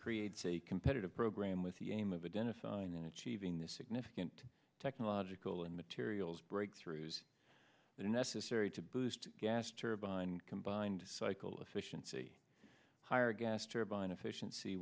creates a competitive program with the aim of identifying in achieving the significant technological and materials breakthroughs that are necessary to boost gas turbine combined cycle efficiency higher gas turbine efficiency